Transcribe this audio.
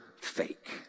fake